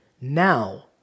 Now